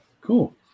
cool